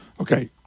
Okay